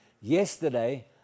Yesterday